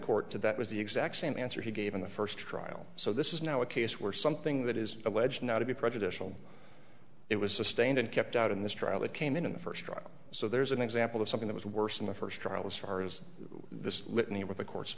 court to that was the exact same answer he gave in the first trial so this is now a case where something that is alleged not to be prejudicial it was sustained and kept out in this trial that came in in the first trial so there's an example of something that was worse in the first trial as far as this litany with the cour